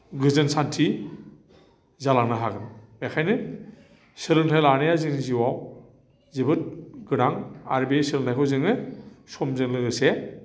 गोजोन सान्थि जालांनो हागोन बेनिखायनो सोलोंथाइ लानाया जोंनि जिउआव जोबोद गोनां आरो बे सोलोंथाइखौ जोङो समजों लोगोसे